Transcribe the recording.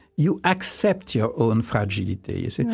you accept your own fragility, you see?